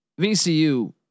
VCU